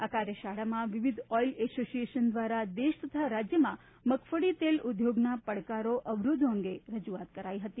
આ કાર્યશાળામાં વિવિધ ઓઇલ એસોસીએશન દ્વારા દેશ તથા રાજ્યમાં મગફળી તેલ ઉદ્યોગના પડકારો અવરોધો અંગે રજૂઆત કરાઈ હતી